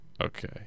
Okay